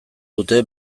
dute